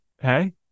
hey